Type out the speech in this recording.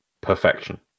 perfection